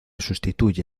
sustituye